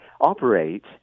operate